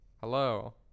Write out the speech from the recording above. Hello